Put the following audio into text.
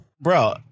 bro